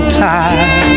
time